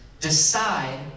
decide